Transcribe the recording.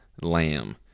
lamb